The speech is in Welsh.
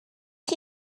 chi